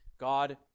God